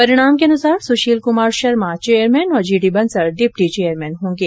परिणाम के अनुसार सुशील कुमार शर्मा चेयरमैन और G D Bansal deputy chairman होंगे